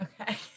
Okay